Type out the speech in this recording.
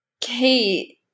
Kate